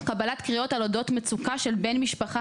קבלת קריאות על אודות מצוקה של בן משפחה